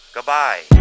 Goodbye